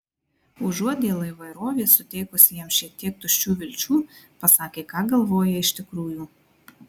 užuot dėl įvairovės suteikusi jam šiek tiek tuščių vilčių pasakė ką galvoja iš tikrųjų